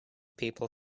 people